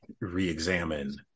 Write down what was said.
re-examine